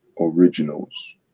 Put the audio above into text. originals